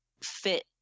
fit